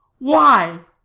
why?